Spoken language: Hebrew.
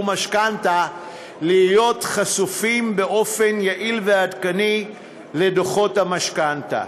משכנתה לחשוף באופן יעיל ועדכני את דוחות המשכנתה.